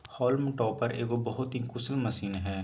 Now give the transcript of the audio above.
haulm टॉपर एगो बहुत ही कुशल मशीन हइ